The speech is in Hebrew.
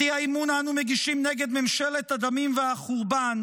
את אי-האמון אנו מגישים נגד ממשלת הדמים והחורבן,